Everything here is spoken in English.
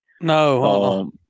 No